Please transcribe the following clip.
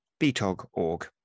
btog.org